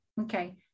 Okay